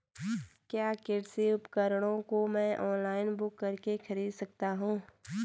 क्या कृषि उपकरणों को मैं ऑनलाइन बुक करके खरीद सकता हूँ?